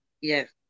Yes